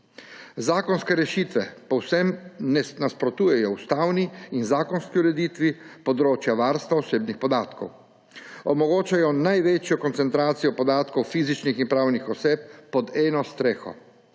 Zakonske rešitve povsem nasprotujejo ustavni in zakonski ureditvi področja varstva osebnih podatkov. Omogočajo največjo koncentracijo podatkov fizičnih in pravnih oseb pod eno streho.